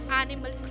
animal